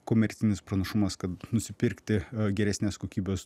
komercinis pranašumas kad nusipirkti geresnės kokybės